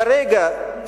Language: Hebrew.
כרגע,